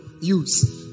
use